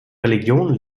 religion